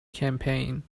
campaign